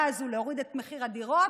הממשלה הזו להוריד את מחיר הדירות.